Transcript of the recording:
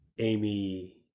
Amy